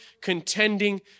contending